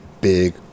Big